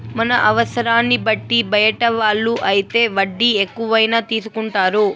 మన అవసరాన్ని బట్టి బయట వాళ్ళు అయితే వడ్డీ ఎక్కువైనా తీసుకుంటారు